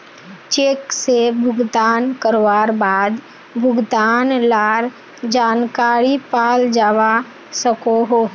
cheque से भुगतान करवार बाद भुगतान लार जानकारी पाल जावा सकोहो